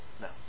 No